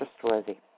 trustworthy